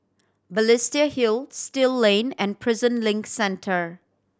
Balestier Hill Still Lane and Prison Link Centre